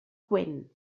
gwyn